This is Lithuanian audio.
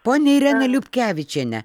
ponia irena liutkevičiene